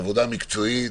עבודה מקצועית,